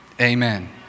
Amen